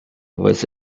was